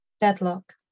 Deadlock